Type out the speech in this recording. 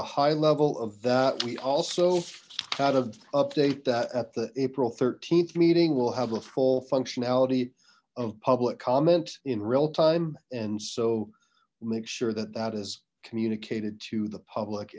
a high level of that we also kind of update that at the april th meeting we'll have a full functionality of public comment in real time and so make sure that that is communicated to the public